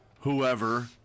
Whoever